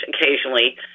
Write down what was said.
occasionally